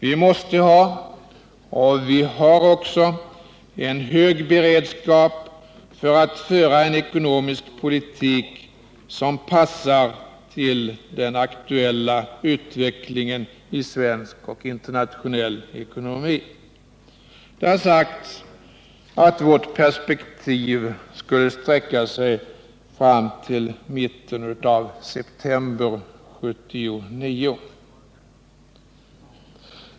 Vi måste ha och vi har också en hög beredskap för att föra en ekonomisk politik som passar den aktuella utvecklingen i svensk och internationell ekonomi. Det har sagts att vårt perspektiv skulle sträcka sig fram till mitten av september 1979.